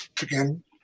Again